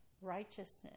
righteousness